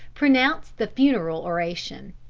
pronounced the funeral oration.